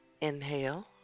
Inhale